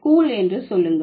cool என்று சொல்லுங்கள்